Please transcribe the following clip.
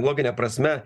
logine prasme